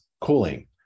Cooling